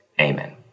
Amen